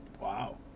Wow